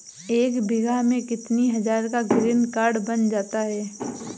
एक बीघा में कितनी हज़ार का ग्रीनकार्ड बन जाता है?